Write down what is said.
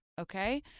okay